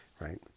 right